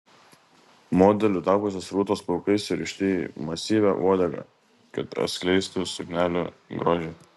modeliu tapusios rūtos plaukai surišti į masyvią uodegą kad atskleistų suknelių grožį